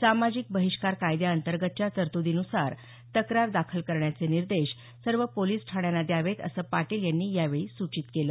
सामाजिक बहिष्कार कायद्याअंतर्गतच्या तरत्दीनुसार तक्रार दाखल करण्याचे निर्देश सर्व पोलीस ठाण्यांना द्यावेत असं पाटील यांनी यावेळी सूचित केलं